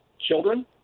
children